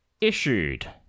issued